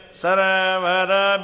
saravara